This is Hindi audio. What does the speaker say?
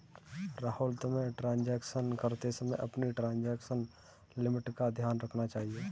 राहुल, तुम्हें ट्रांजेक्शन करते समय अपनी ट्रांजेक्शन लिमिट का ध्यान रखना चाहिए